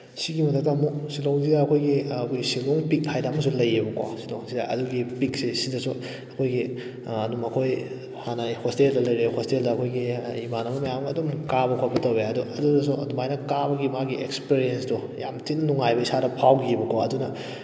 ꯁꯤꯒꯤ ꯃꯊꯛꯇ ꯑꯃꯨꯛ ꯁꯤꯂꯣꯡꯁꯤꯗ ꯑꯩꯈꯣꯏꯒꯤ ꯑꯩꯈꯣꯏꯒꯤ ꯁꯤꯂꯣꯡ ꯄꯤꯛ ꯍꯥꯏꯗꯅ ꯑꯃꯁꯨ ꯂꯩꯌꯦꯕꯀꯣ ꯁꯤꯂꯣꯡꯁꯤꯗ ꯑꯗꯨꯒꯤ ꯄꯤꯛꯁꯦ ꯁꯤꯗꯁꯨ ꯑꯩꯈꯣꯏꯒꯤ ꯑꯗꯨꯝ ꯑꯩꯈꯣꯏ ꯍꯥꯟꯅ ꯑꯩ ꯍꯣꯁꯇꯦꯜꯗ ꯂꯩꯔꯛꯑꯦ ꯍꯣꯁꯇꯦꯜꯗ ꯑꯩꯈꯣꯏꯒꯤ ꯑ ꯏꯃꯥꯟꯅꯕ ꯃꯌꯥꯝꯒ ꯑꯗꯨꯝ ꯀꯥꯕ ꯈꯣꯠꯄ ꯇꯧꯏ ꯑꯗꯣ ꯑꯗꯨꯗꯁꯨ ꯑꯗꯨꯃꯥꯏꯅ ꯀꯥꯕꯒꯤ ꯃꯥꯒꯤ ꯑꯦꯛꯁꯄꯦꯔꯦꯟꯁꯇꯣ ꯌꯥꯝ ꯊꯤꯅ ꯅꯨꯡꯉꯥꯏꯕ ꯏꯁꯥꯗ ꯐꯥꯎꯈꯤꯕꯀꯣ ꯑꯗꯨꯅ